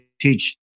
teach